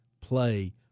play